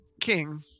King